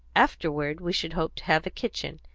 afterward we should hope to have a kitchen,